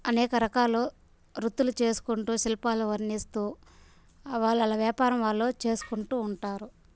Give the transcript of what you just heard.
అనేక రకాలు వృత్తులు చేసుకుంటూ శిల్పాలు వర్ణిస్తూ వాళ్ళవాళ్ళ వ్యాపారం వాళ్ళు చేసుకుంటూ ఉంటారు